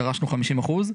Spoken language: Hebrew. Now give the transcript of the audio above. דרשנו 50 אחוזים.